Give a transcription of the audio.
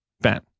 Ben